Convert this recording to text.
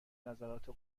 نظرات